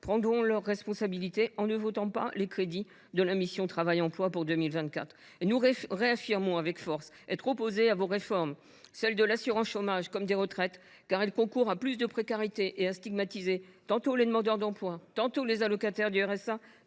prendront leurs responsabilités en ne votant pas les crédits de la mission « Travail et emploi » pour 2024. Nous réaffirmons, avec force, que nous sommes opposés à vos réformes, celle de l’assurance chômage comme celle des retraites, car elles concourent à créer plus de précarité et à stigmatiser tantôt les demandeurs d’emploi, tantôt les allocataires du RSA,